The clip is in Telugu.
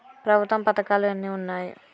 ప్రభుత్వ పథకాలు ఎన్ని ఉన్నాయి?